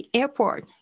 airport